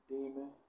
Demon